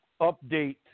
update